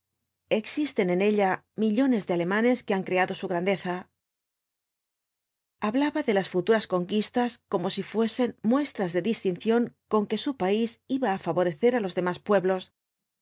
existen en ella millones de alemanes que han creado su grandeza hablaba de las futuras conquistas como si fuesen muestras de distinción con que su país iba á favorecer á los demás pueblos